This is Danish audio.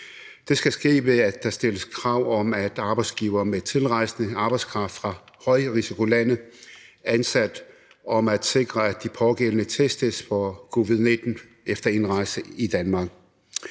Det skal ske, ved at der stilles krav om, at arbejdsgivere med tilrejsende arbejdskraft fra højrisikolande ansat sikrer, at de pågældende testes for covid-19 efter indrejse i Danmark.